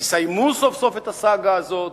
יסיימו סוף-סוף את הסאגה הזאת,